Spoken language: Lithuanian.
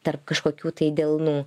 tarp kažkokių tai delnų